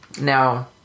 Now